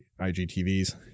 IGTVs